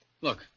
look